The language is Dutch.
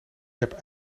heb